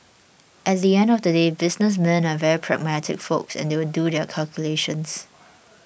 at the end of the day businessmen are very pragmatic folks and they'll do their calculations